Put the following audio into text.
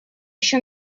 еще